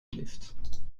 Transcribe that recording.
lift